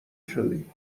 شدی